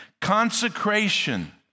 consecration